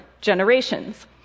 generations